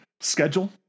Schedule